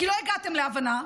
כי לא הגעתם להבנה,